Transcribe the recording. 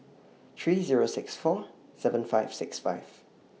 three Zero six four seven five six five